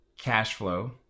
Cashflow